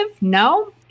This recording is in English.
no